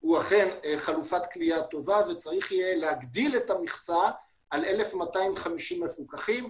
הוא אכן חלופת כליאה טובה וצריך יהיה להגדיל את המכסה על 1250 מפוקחים.